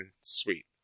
sweet